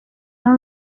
aha